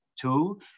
two